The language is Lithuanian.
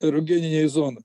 erogeninėj zonoj